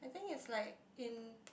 I think is like in